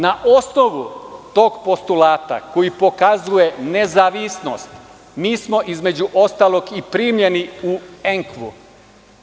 Na osnovu tog postulata koji pokazuje nezavisnost, mi smo između ostalog i primljeni u ENKVA.